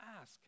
ask